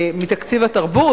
מתקציב התרבות?